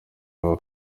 bavuga